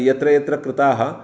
यत्र यत्र कृताः